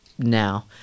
now